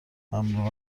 مملو